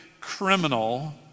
criminal